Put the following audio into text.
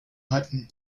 hutton